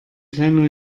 kleiner